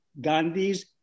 Gandhi's